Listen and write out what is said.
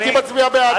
הייתי מצביע בעד זה.